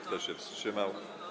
Kto się wstrzymał?